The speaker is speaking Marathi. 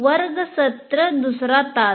वर्ग सत्र दुसरा तास